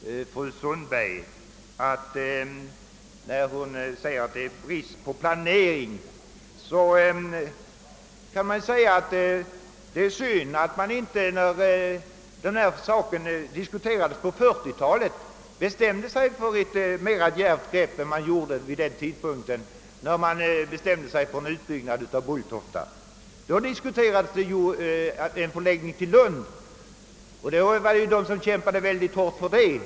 Fru Sundberg talar om bristande planering. Det var synd att man inte, när saken diskuterades på 1940-talet, bestämde sig för ett mera djärvt grepp än en utbyggnad av Bulltofta. Då diskuterades en förläggning av flygplatsen till Lund, och många kämpade hårt för det.